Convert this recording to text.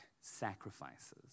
sacrifices